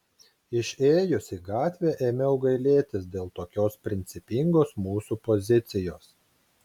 išėjus į gatvę ėmiau gailėtis dėl tokios principingos mūsų pozicijos